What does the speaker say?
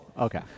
Okay